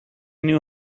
knew